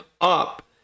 up